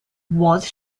was